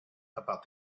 about